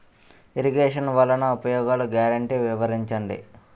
Irrigation వలన కలిగే ఉపయోగాలు గ్యారంటీ వివరించండి?